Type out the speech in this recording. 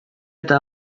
eta